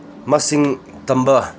ꯃꯁꯤꯡ ꯇꯝꯕ